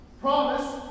Promise